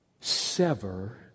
sever